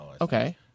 okay